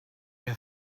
your